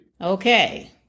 Okay